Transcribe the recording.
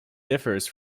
differs